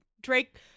drake